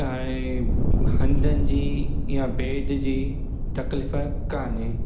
हाणे हंधनि जी या बैड जी तकलीफ़ कान्हे